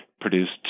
produced